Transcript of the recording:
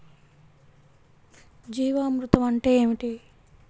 జీవామృతం అంటే ఏమిటి?